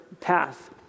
path